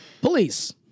Police